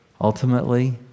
Ultimately